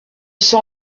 sont